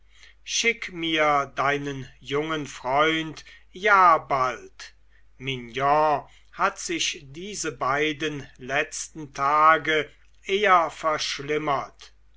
schicke mir deinen jungen freund ja bald mignon hat sich diese beiden letzten tage eher verschlimmert